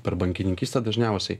per bankininkystę dažniausiai